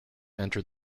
enter